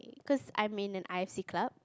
cause I'm in an I_C club